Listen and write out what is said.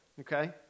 Okay